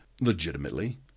legitimately